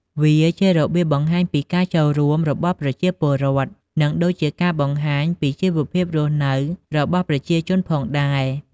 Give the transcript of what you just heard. វាជារបៀបបង្ហាញពីការចូលរួមរបស់ប្រជាពលរដ្ឋ និងដូចជាការបង្ហាញពីជីវភាពរស់នៅរបស់ប្រជាជនផងដែរ។